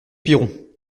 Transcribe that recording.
piron